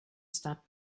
stop